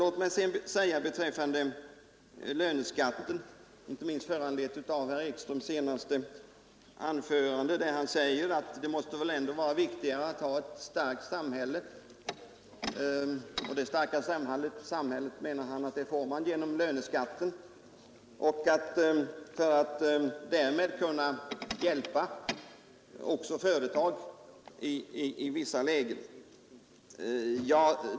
Herr Ekström sade i sitt senaste anförande att det väl ändå måste vara viktigare att ha ett starkt samhälle — och det starka samhället menar han att man får genom löneskatten — för att därmed kunna hjälpa också företag i vissa lägen.